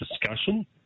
discussion